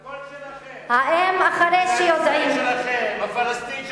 הכול שלכם, מדינת ישראל שלכם, פלסטין שלכם,